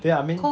对 I mean